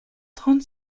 trente